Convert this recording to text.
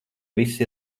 visi